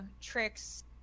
tricks